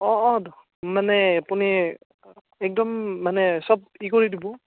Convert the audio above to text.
অ' অ' মানে আপুনি একদম মানে চব ই কৰি দিব